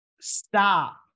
stop